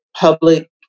public